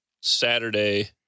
Saturday